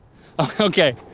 okay,